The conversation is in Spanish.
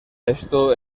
esto